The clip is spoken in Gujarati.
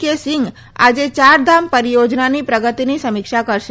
કે સિંઘ આજે ચારધામ પરીયોજનાની પ્રગતિની સમીક્ષા કરશે